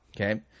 Okay